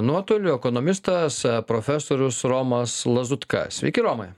nuotoliu ekonomistas profesorius romas lazutka sveiki romai